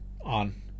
on